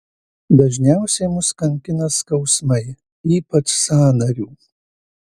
dažniausiai mus kankina skausmai ypač sąnarių